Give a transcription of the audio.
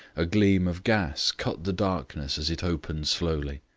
a gleam of gas cut the darkness as it opened slowly.